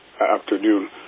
afternoon